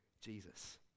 Jesus